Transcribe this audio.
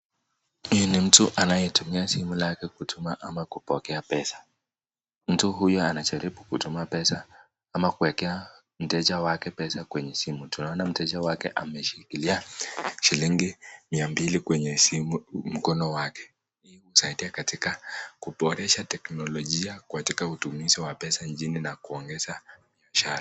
Huyu ni mtu anayetumia simu lake kutuma ama kupokea pesa, mtu huyu anajaribu kutuma pesa ama kuekea mteja wake pesa kwenye simu. Tunaona mteja wake ameshikilia shilingi mia mbili kwenye mkono wake hii usaidia katika kuboresha teknolojia katika utumizi wa pesa nchini na kuongeza mshahara.